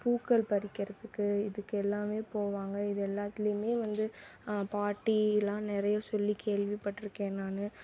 பூக்கள் பறிக்கிறதுக்கு இதுக்கு எல்லாம் போவாங்க இது எல்லாத்திலேயுமே வந்து பாட்டிலாம் நிறைய சொல்லி கேள்விபட்டிருக்கேன் நான்